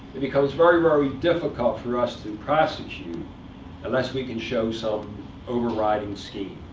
it becomes very, very difficult for us to prosecute unless we can show some overriding scheme.